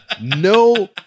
no